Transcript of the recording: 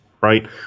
right